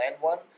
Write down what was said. one